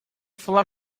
falar